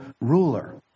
ruler